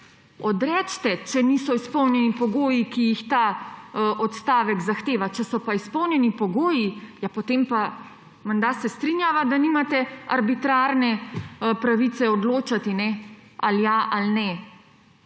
Odrecite, če niso izpolnjeni pogoji, ki jih ta odstavek zahteva. Če so pa izpolnjeni pogoji, ja potem pa menda se strinjava, da nimate arbitrarne pravice odločati ali ja ali ne.